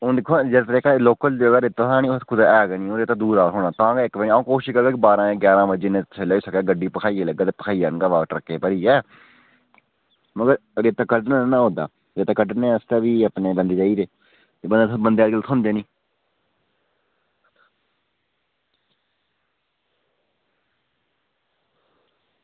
हून दिक्खो हां जेह्ड़ा लोकल जेह्ड़ा रेता थ्होेना नी ओह् ऐ गै कुदै ऐ गै निं ओह् रेता दूरा दा थ्होना तां गै इक अ'ऊं कोशश करगा कि बारां गैरां बजे कन्नै तुसेंगी लेआई सकै गड्डी भखाइयै लेगा ते भखाइयै आहनगा बापस ट्रैक च भरियै मगर रेता कड्ढना नि ना होआ दा रेता कड्ढनै आस्तै बी अपने बंदे चाहिदे दरअसल बंदे अज्जकल थ्होंदे नी